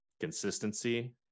consistency